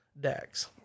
decks